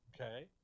Okay